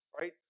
right